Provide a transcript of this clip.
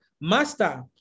Master